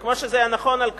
וכמו שזה היה נכון על כהנא,